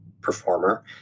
performer